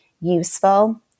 useful